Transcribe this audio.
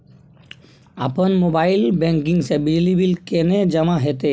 अपन mobile banking से बिजली बिल केने जमा हेते?